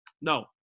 No